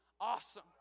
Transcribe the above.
awesome